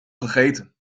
gegeten